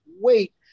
wait